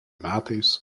metais